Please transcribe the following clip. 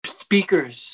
speakers